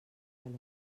calor